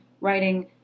writing